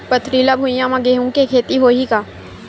पथरिला भुइयां म गेहूं के खेती होही का?